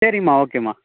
சரிம்மா ஓகேம்மா